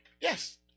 Yes